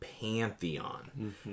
Pantheon